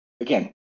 Again